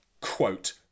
Quote